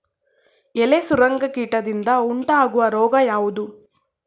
ಎಲೆ ಸುರಂಗ ಕೀಟದಿಂದ ಉಂಟಾಗುವ ರೋಗ ಯಾವುದು?